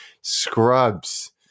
Scrubs